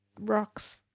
rocks